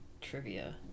trivia